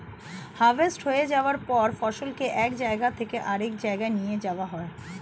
harvest হয়ে যাওয়ার পর ফসলকে এক জায়গা থেকে আরেক জায়গায় নিয়ে যাওয়া হয়